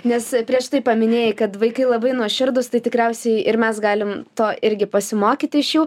nes prieš tai paminėjai kad vaikai labai nuoširdūs tai tikriausiai ir mes galim to irgi pasimokyti iš jų